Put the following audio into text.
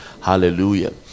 Hallelujah